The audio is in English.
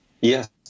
Yes